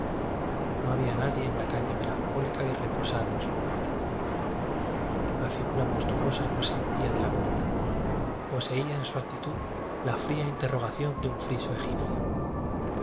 no había nadie en la calle melancólica y reposada en su muerte la figura monstruosa no se movía de la puerta poseía en su actitud la fría interro gación de un